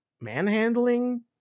manhandling